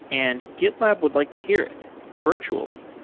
and gitlab would like to hear it virtually.